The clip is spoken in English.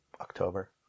October